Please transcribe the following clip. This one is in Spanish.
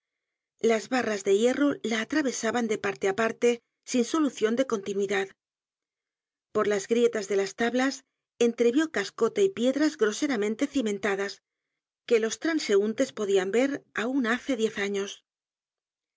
las barras de hierro la atravesaban de parte á parte sin solucion de continuidad por las grietas de las tablas entrevio cascote y piedras groseramente cimentadas que los transeuntes podian ver aun hace diez años